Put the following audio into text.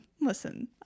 Listen